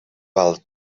val